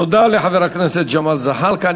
תודה לחבר הכנסת ג'מאל זחאלקה.